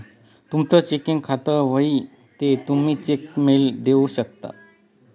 तुमनं चेकिंग खातं व्हयी ते तुमी चेक मेल देऊ शकतंस